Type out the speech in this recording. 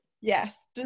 Yes